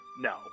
No